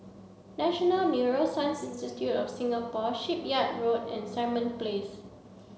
national Neuroscience Institute of Singapore Shipyard Road and Simon Place